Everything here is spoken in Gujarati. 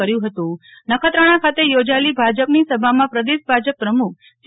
પાટીલ નખત્રાણા ખાતે યોજાયેલી ભાજપની સભામાં પ્રદેશ ભાજપ પ્રમૂખ સી